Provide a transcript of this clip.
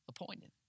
Appointed